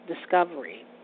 Discovery